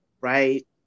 right